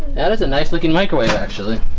that is a nice looking microwave actually.